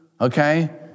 Okay